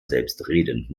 selbstredend